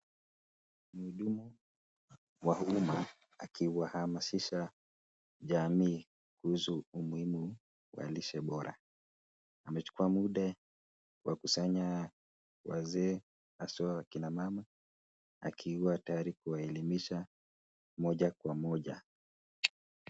Mhudumu wa Umma akiwahamasisha jamii kuhusu umuhimu wa lishe bora, amechukua muda kuwakusanya wazee haswa akina mama akiwa tayari kuwa elimisha moja kwa moja.